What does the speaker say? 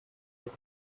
make